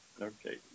Okay